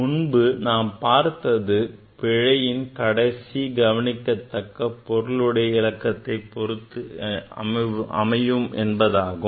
முன்பு நாம் பார்த்தது பிழை கடைசி கவனிக்கத்தக்க பொருளுடைய இலக்கத்தை பொருத்து அமையும் என்பதாகும்